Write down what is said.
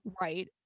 right